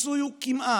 הפיצוי הוא כמעט,